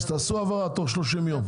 אז תעשו הבהרה תוך 30 יום.